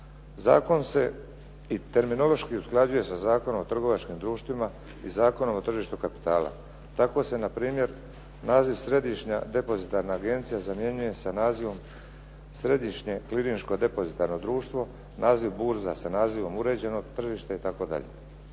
Zakon se i terminološki usklađuje sa Zakonom o trgovačkim društvima i Zakonom o tržištu kapitala. Tako se na primjer naziv Središnja depozitarna agencija zamjenjuje sa nazivom Središnje klirinško depozitarno društvo, naziv burza sa nazivom uređeno tržište itd.